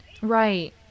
Right